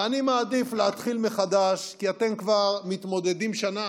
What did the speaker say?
ואני מעדיף להתחיל מחדש, כי אתם כבר מתמודדים שנה.